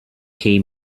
came